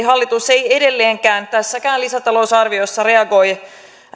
hallitus ei edelleenkään tässäkään lisätalousarviossa reagoi